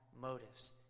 motives